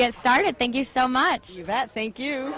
get started thank you so much that thank you